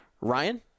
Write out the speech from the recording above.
Ryan